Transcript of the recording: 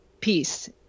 peace